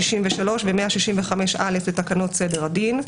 163 ו-165(א) לתקנות סדר הדין".